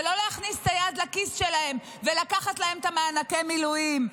ולא להכניס את היד לכיס שלהם ולקחת להם את מענקי המילואים.